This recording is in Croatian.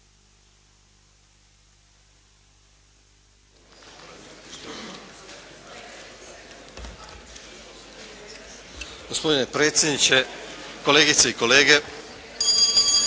gospodine predsjedniče, kolegice i kolege.